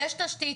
יש תשתית.